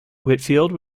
whitfield